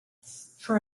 for